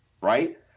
right